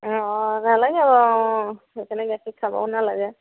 অঁ নালাগে বাৰু সেইকাৰণে গাখীৰ খাবও নালাগে